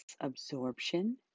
absorption